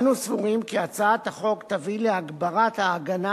אנו סבורים כי הצעת החוק תביא להגברת ההגנה